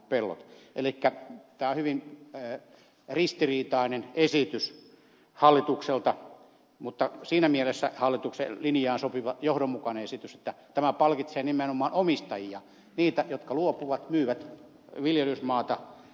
tämä on hyvin ristiriitainen esitys hallitukselta mutta siinä mielessä hallituksen linjaan sopiva johdonmukainen esitys että tämä palkitsee nimenomaan omistajia niitä jotka luopuvat myyvät viljelysmaata